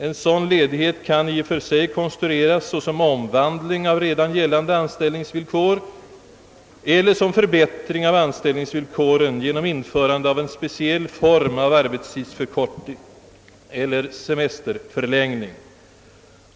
En sådan ledighet kan i och för sig konstrueras såsom omvandling av redan gällande anställningsvillkor ——— eller som förbättring av anställningsvillkoren genom införande av en speciell form av arbetstidsförkortning eller semesterförlängning.